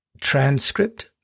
transcript